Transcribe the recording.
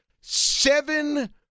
seven